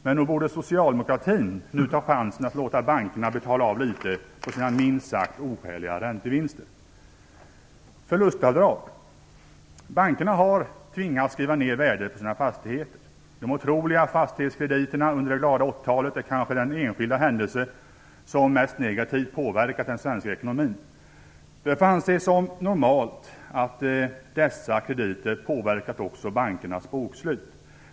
Men nog borde socialdemokratin nu ta chansen att låta bankerna betala av litet på sina minst sagt oskäliga räntevinster. Så till förlustavdrag: Bankerna har tvingats skriva ned värdet på sina fastigheter. De otroliga fastighetskrediterna under det glada 80-talet är kanske den enskilda händelse som mest negativt påverkat den svenska ekonomin. Det får anses som normalt att dessa krediter påverkat också bankernas bokslut.